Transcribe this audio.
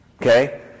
Okay